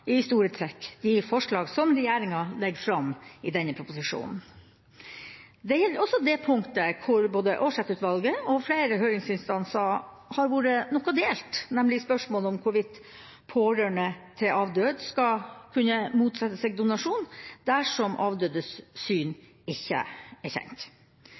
i store trekk de forslag som regjeringa legger fram i denne proposisjonen. Det gjelder også det punktet hvor både Aarseth-utvalget og flere høringsinstanser har vært noe delt, nemlig i spørsmålet om hvorvidt pårørende til avdøde skal kunne motsette seg donasjon dersom avdødes syn ikke er kjent.